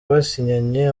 basinyanye